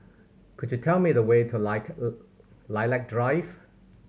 could you tell me the way to Like Lilac Drive